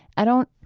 i don't,